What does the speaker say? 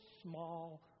small